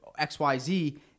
XYZ